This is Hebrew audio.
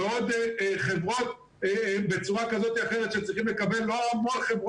בעוד חברות בצורה כזאת או אחרת שצריכים לקבל מענה.